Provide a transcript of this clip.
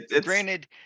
Granted